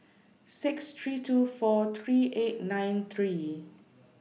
six three two four three eight nine three